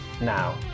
now